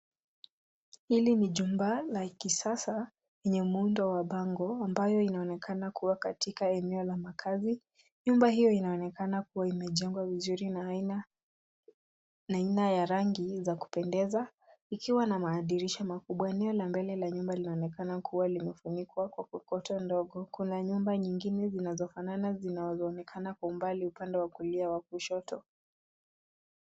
Hili ni jumba la kisasa yenye muundo wa bango ambayo inaonekana kua katika eneo la makazi. Nyumba hiyo inaonekana kua imejengwa vizuri na aina ya rangi za kupendeza ikiwa na madirisha makubwa. Eneo la mbele na nyumba linaonekana kua limefunikwa kwa kokoto ndogo. Kuna nyumba nyingine zinazofanana zinazoonekana kwa mbali upande wa kulia wa kushoto.